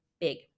Big